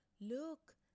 Look